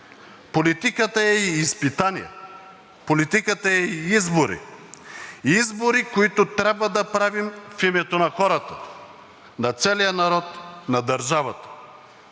Политиката е и изпитание, политиката е избори – избори, които трябва да правим в името на хората, на целия народ, на държавата.